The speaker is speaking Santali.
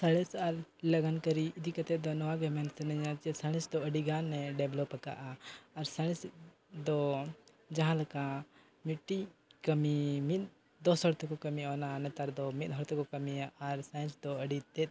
ᱥᱟᱬᱮᱥ ᱟᱨ ᱞᱟᱜᱟᱱᱠᱟᱹᱨᱤ ᱤᱫᱤ ᱠᱟᱛᱮᱫ ᱫᱚ ᱱᱚᱣᱟᱜᱮ ᱢᱮᱱ ᱥᱟᱱᱟᱧᱟ ᱡᱮ ᱥᱟᱬᱮᱥ ᱫᱚ ᱟᱹᱰᱤᱜᱟᱱ ᱮ ᱟᱠᱟᱫᱼᱟ ᱟᱨ ᱥᱟᱬᱮᱥ ᱫᱚ ᱡᱟᱦᱟᱸ ᱞᱮᱠᱟ ᱢᱤᱫᱴᱤᱡ ᱠᱟᱹᱢᱤ ᱢᱤᱫ ᱫᱚᱥ ᱦᱚᱲ ᱛᱮᱠᱚ ᱠᱟᱹᱢᱤᱭᱟ ᱚᱱᱟ ᱱᱮᱛᱟᱨ ᱫᱚ ᱢᱤᱫ ᱦᱚᱲᱛᱮᱠᱚ ᱠᱟᱹᱢᱤᱭᱟ ᱟᱨ ᱫᱚ ᱟᱹᱰᱤᱛᱮᱫ